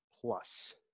plus